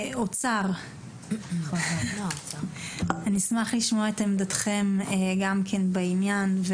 נציג משרד האוצר, אשמח לשמוע את עמדתכם בעניין.